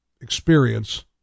experience